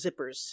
zippers